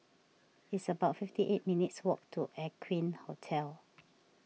it's about fifty eight minutes' walk to Aqueen Hotel